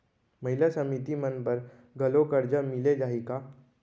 महिला समिति मन बर घलो करजा मिले जाही का?